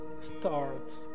starts